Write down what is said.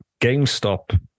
GameStop